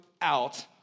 out